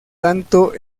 tanto